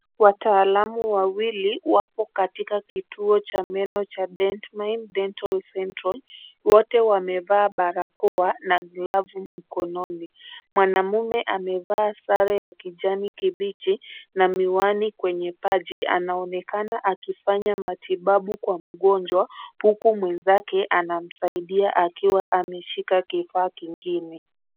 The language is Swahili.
Wataalamu wawili wako katika kituo cha meno cha dent mine Dental Central , wote wamevaa barakoa na glovu mkononi, mwanamume amevaa sare ya kijani kibichi na miwani kwenye paji anaonekana akifanya matibabu kwa mgonjwa huko mwenzake ana msaidia akiwa ameshika kifaa kingine.